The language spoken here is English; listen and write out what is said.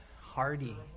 Hardy